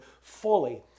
fully